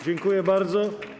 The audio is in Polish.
Dziękuję bardzo.